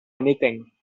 anything